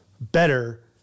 better